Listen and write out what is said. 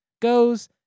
goes